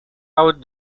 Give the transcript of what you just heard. out